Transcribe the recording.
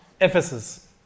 Ephesus